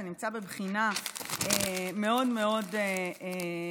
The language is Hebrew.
זה נמצא בבחינה מאוד מאוד מדוקדקת,